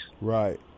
Right